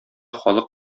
халык